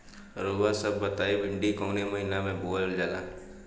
रउआ सभ बताई भिंडी कवने महीना में बोवल जाला?